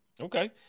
Okay